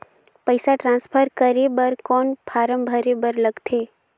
पईसा ट्रांसफर करे बर कौन फारम भरे बर लगथे?